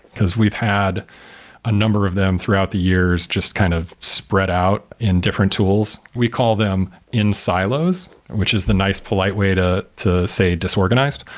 because we've had a number of them throughout the years just kind of spread out in different tools. we call them in-silos, which is the nice polite way to to say disorganized.